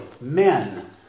Men